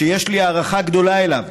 שיש לי הערכה גדולה אליו,